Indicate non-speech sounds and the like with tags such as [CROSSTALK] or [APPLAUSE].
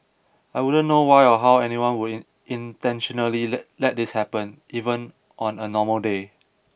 I wouldn't know why or how anyone would in intentionally [UNINTELLIGIBLE] let this happen even on a normal day